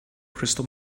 crystal